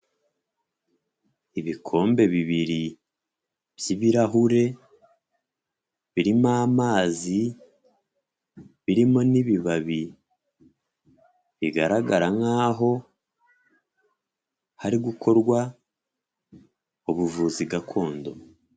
Ibikombe bibiri by'ibirahure, birimo amazi, birimo n'ibibabi, bigaragara nk'aho hari gukorwa ubuvuzi gakondo.